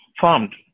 formed